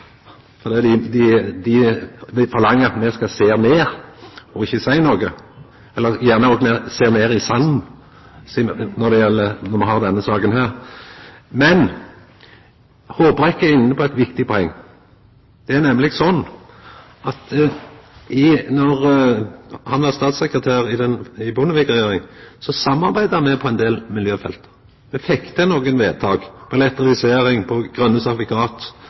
blikket saman med dei, for dei forlanger at me skal sjå ned og ikkje seia noko, gjerne òg sjå ned i sanden når me har denne saka her. Men Håbrekke er inne på eit viktig poeng. Det er nemleg sånn at då han var statssekretær i Bondevik-regjeringa, samarbeidde me på ein del miljøfelt. Me fekk til nokre vedtak: på